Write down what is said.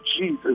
Jesus